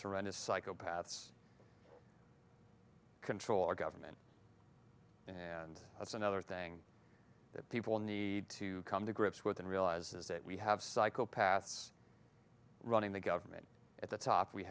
horrendous psychopaths control our government and that's another thing that people need to come to grips with and realize is that we have psychopaths running the government at the top we